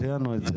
ציינו את זה.